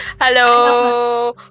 Hello